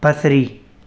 बसरी